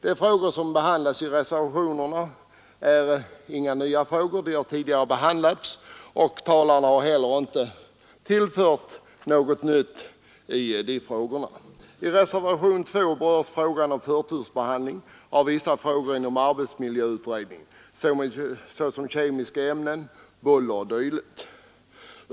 De frågor som tas upp i reservationerna är inte heller nya; de har tidigare behandlats av riksdagen. Talarna i dag har inte tillfört debatten något nytt. I reservationen 2 berörs förtursbehandling inom arbetsmiljöutredningen av vissa frågor som gäller kemiska ämnen, buller och dylikt.